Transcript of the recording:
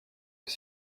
des